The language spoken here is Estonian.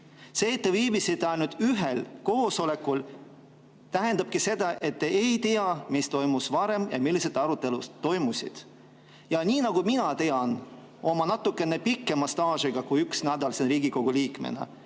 See, et te viibisite ainult ühel koosolekul, tähendabki seda, et te ei tea, mis toimus varem ja millised arutelud meil olid. Nii nagu mina tean oma natuke pikema staažiga kui üks nädal siin Riigikogu liikmena,